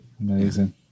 amazing